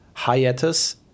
Hiatus